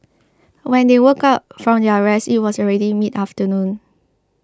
when they woke up from their rest it was already midafternoon